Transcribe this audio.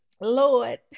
Lord